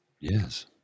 yes